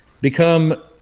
become